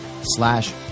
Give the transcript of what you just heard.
slash